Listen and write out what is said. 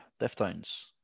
deftones